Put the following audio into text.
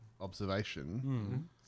Observation